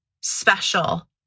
special